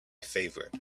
favorite